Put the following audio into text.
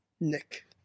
nick